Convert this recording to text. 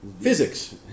Physics